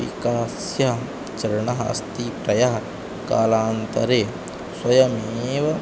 विकासस्य चरणः अस्ति तयः कालान्तरे स्वयमेव